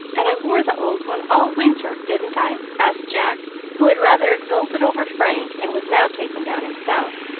and i wore the old one all winter, didn't i? asked jack, who had rather exulted over frank, and was now taken down himself.